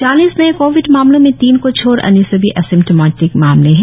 चालिस नए कोविड मामलों में तीन को छोड़ अन्य सभी एसिम्टोमेटिक मामले है